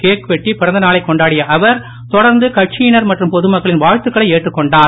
cake வெட்டி பிறந்தநாளைக் கொண்டாடிய அவர் தொடர்ந்து கட்சியினர் மற்றும் பொதுமக்களின் வாழ்த்துக்களை ஏற்றுக்கொண்டார்